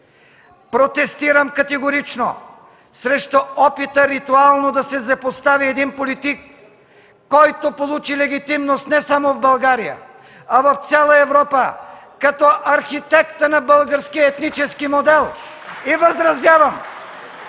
Протестирам категорично срещу опита ритуално да се злепостави политик, който получи легитимност не само в България, а в цяла Европа като архитекта на българския етнически модел (ръкопляскания